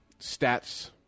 stats